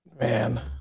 Man